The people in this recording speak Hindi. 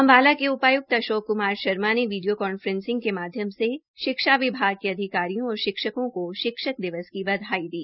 अंबाला के उपायुक्त अशोक क्मार शर्मा ने यीडियो कॉन्फ्रेंसिंग के माध्यम से शिक्षा विभाग के अधिकारियों और शिक्षकों को शिक्षक दिवस की बधाई दी